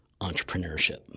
entrepreneurship